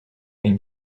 and